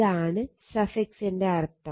ഇതാണ് സഫിക്സിന്റെ അർത്ഥം